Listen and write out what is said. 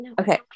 Okay